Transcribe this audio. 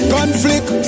Conflict